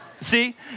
See